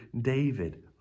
David